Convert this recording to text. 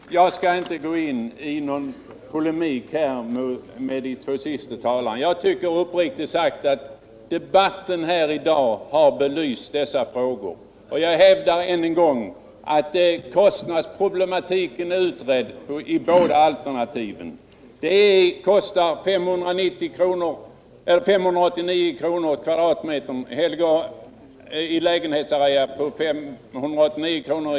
Herr talman! Jag skall inte gå in i någon polemik med de två senaste talarna. Jag tycker uppriktigt sagt att debatten här i dag har belyst dessa frågor, och jag hävdar än en gång att kostnadsproblematiken är utredd i båda alternativen. Det kostar 589 kr. per m?